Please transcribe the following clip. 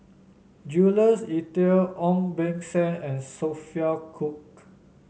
Jules Itier Ong Beng Seng and Sophia Cooke